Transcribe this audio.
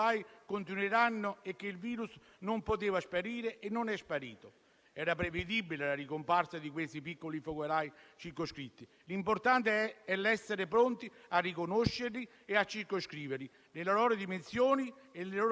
sempre - questo è estremamente importante - un livello alto di attenzione. La battaglia non è ancora vinta: se ognuno di noi farà la sua parte, non avendo assolutamente paura, fobia o ansia di possibili o sicuri contagi,